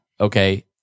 okay